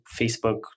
Facebook